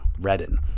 Redden